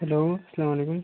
hello اَلسلام علیکُم